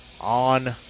on